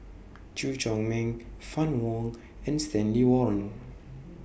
Chew Chor Meng Fann Wong and Stanley Warren